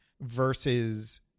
versus